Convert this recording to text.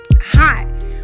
hot